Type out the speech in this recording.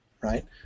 Right